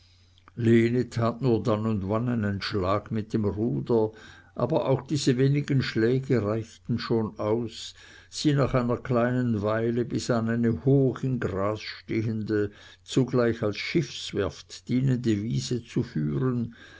dann und wann einen schlag mit dem ruder aber auch diese wenigen schläge reichten schon aus sie nach einer kleinen weile bis an eine hoch in gras stehende zugleich als schiffswerft dienende wiese zu führen